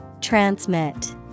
Transmit